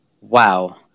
Wow